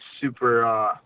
super